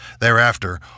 Thereafter